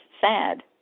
sad